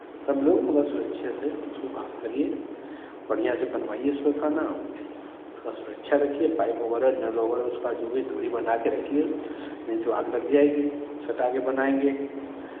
सब लोग मगर सुरक्षे से उसको काम करिए बढ़ियाँ से बनवाइए उस पे खाना उसका सुरक्षा रखिए पाइप वगैरह नल वगैरह उसका जो भी दूरी बना के रखिए नहीं तो आग लग जाएगी सटा के बनाएँगे